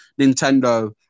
Nintendo